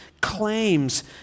claims